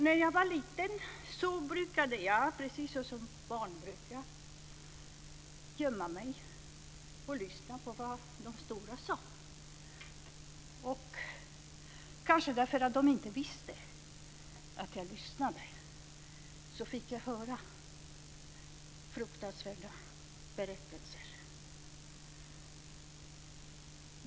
När jag var liten brukade jag, precis som barn brukar, gömma mig och lyssna på vad de stora sade. Kanske därför att de inte visste att jag lyssnade fick jag höra fruktansvärda berättelser.